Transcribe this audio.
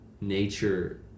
nature